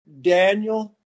Daniel